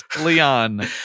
Leon